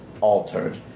altered